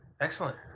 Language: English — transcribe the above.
Excellent